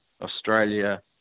Australia